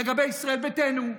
לגבי ישראל ביתנו,